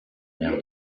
maire